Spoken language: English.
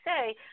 say